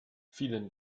vielen